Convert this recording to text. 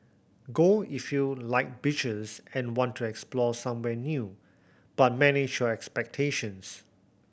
go if you like beaches and want to explore somewhere new but manage your expectations